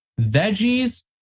veggies